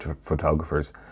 photographers